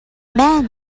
man